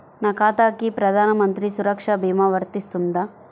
నా ఖాతాకి ప్రధాన మంత్రి సురక్ష భీమా వర్తిస్తుందా?